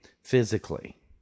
physically